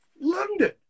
London